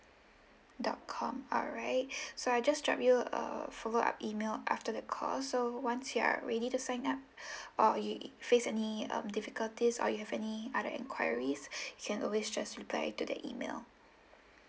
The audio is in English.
dot com alright so I'll just drop you a follow up email after the call so once you are ready to sign up or you face any um difficulties or you have any other enquiries you can always just reply to the email